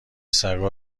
سگا